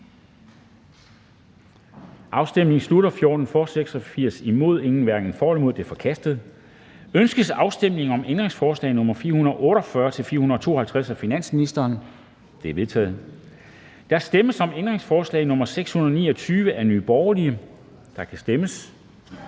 eller imod stemte 0. Ændringsforslaget er forkastet. Ønskes afstemning om ændringsforslag nr. 366-374 af finansministeren? De er vedtaget. Der stemmes om ændringsforslag nr. 644 af V, og der kan stemmes.